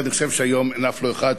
אני חושב שהיום אין אף אחד שמסופק,